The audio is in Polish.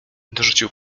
dorzucił